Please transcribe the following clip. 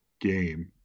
game